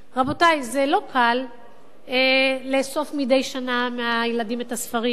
רבותי, זה לא קל לאסוף מדי שנה את הספרים מהילדים,